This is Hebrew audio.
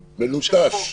מלוטש.